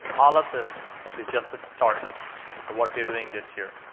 all of this is just a start of what we are doing this year.